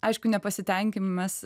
aišku nepasitenkinimas